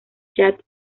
chad